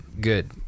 Good